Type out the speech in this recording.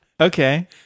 Okay